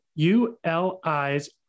ULI's